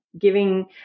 giving